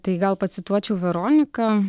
tai gal pacituočiau veroniką